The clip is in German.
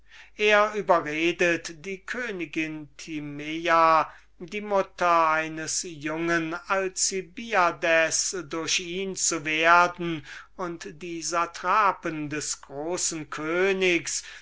er überredet die königin timea daß sie ihn bei sich schlafen lasse und die satrapen des großen königs